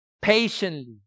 Patiently